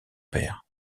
père